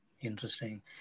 Interesting